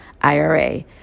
IRA